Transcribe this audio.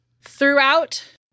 throughout